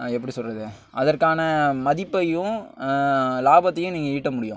எப்படி சொல்வது அதற்கான மதிப்பையும் லாபத்தையும் நீங்கள் ஈட்ட முடியும்